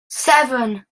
seven